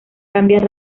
cambia